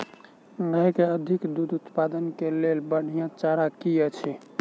गाय केँ अधिक दुग्ध उत्पादन केँ लेल बढ़िया चारा की अछि?